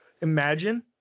Imagine